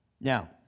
Now